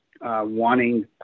wanting